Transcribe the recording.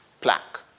plaque